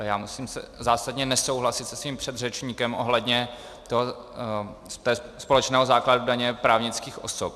Já musím zásadně nesouhlasit se svým předřečníkem ohledně společného základu daně právnických osob.